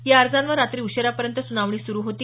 या अर्जांवर रात्री उशीरापर्यंत सुनावणी सुरु होती